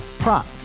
Prop